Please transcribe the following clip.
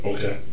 Okay